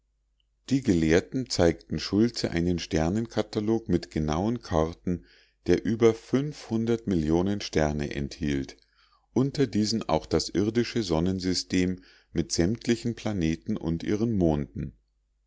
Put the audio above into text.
die gelehrten zeigten schultze einen sternkatalog mit genauen karten der über millionen sterne enthielt unter diesen auch das irdische sonnensystem mit sämtlichen planeten und ihren monden